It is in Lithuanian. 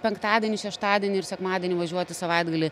penktadienį šeštadienį ir sekmadienį važiuoti savaitgalį